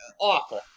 Awful